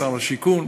שר השיכון,